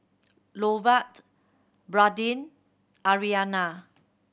Lovett Brandin Aryana